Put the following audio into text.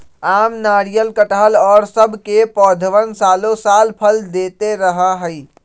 आम, नारियल, कटहल और सब के पौधवन सालो साल फल देते रहा हई